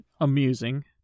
amusing